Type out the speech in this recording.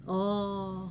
oo